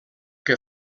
que